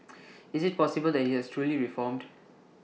is IT possible that he has truly reformed